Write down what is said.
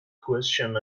question